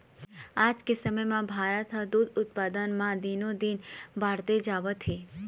आज के समे म भारत ह दूद उत्पादन म दिनो दिन बाड़हते जावत हे